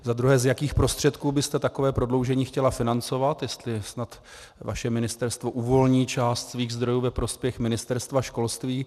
Za druhé, z jakých prostředků byste takové prodloužení chtěla financovat, jestli snad vaše ministerstvo uvolní část svých zdrojů ve prospěch Ministerstva školství.